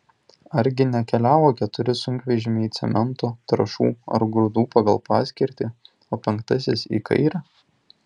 argi nekeliavo keturi sunkvežimiai cemento trąšų ar grūdų pagal paskirtį o penktasis į kairę